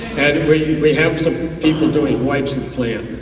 we have some people doing wipes of plant,